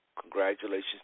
congratulations